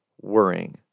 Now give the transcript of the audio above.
worrying